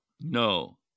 No